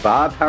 Bob